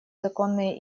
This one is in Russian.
законные